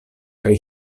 kaj